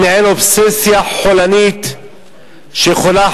היא מעין אובססיה חולנית שיכולה,